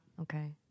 okay